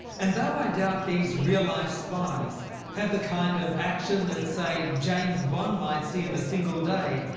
and though i doubt these real life spies have the kind of action that say james bond might see in a single day,